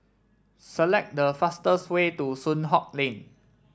select the fastest way to Soon Hock Lane